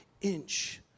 inch